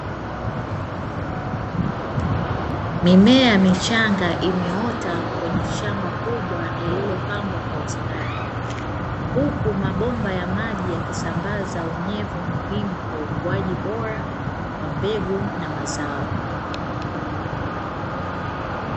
Mimea michanga imeota kwenye shamba kubwa lililopandwa kwa ustadi, huku mabomba ya maji yakisambaza unyevu muhimu kwa ukuaji bora wa mbegu na mazao.